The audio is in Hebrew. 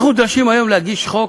אנחנו נדרשים היום להגיש חוק,